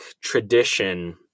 tradition